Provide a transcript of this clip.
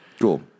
Cool